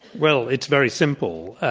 well it's very simple.